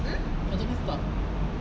macam mana stop